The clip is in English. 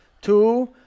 two